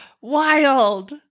wild